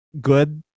good